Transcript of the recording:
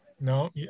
No